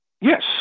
Yes